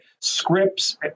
scripts